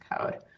code